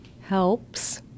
helps